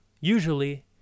usually